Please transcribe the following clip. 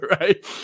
right